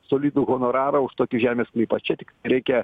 solidų honorarą už tokį žemės sklypą čia tik reikia